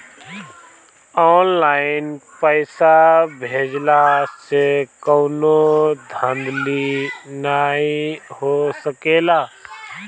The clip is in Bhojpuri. ऑनलाइन पइसा भेजला से कवनो धांधली नाइ हो सकेला